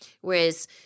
whereas